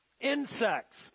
insects